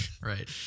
Right